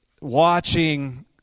watching